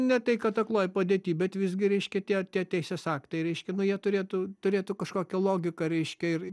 ne tai kad akloj padėty bet visgi reiškia tie tie teisės aktai reiškia nu jie turėtų turėtų kažkokią logiką reiškia ir